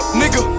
nigga